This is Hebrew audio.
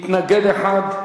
מתנגד אחד,